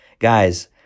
Guys